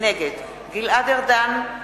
נגד גלעד ארדן,